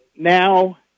Now